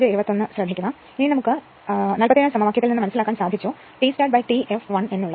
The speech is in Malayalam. ഇനി നമുക്ക് 47 ആം സമവാക്യത്തിൽ നിന്ന് മനസിലാക്കാൻ സാധിച്ചു T startT fl എന്നുള്ളത്